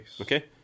Okay